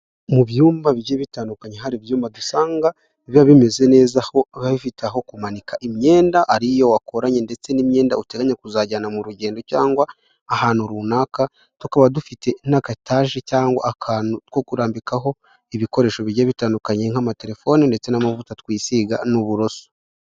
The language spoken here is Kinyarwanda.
Mu byumba bigiye bitandukanye hari ibyumba dusanga biba bimeze neza, aho biba bifite aho kumanika imyenda, ari iyo wakoranye ndetse n'imyenda uteganya kuzajyana mu rugendo cyangwa ahantu runaka, tukaba dufite na aka etage cyangwa akantu ko kurambikaho ibikoresho bigiye bitandukanye nk'amatelefone ndetse n'amavuta twisiga, n'uburoso.